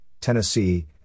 Tennessee